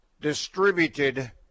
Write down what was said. distributed